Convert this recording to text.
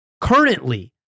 currently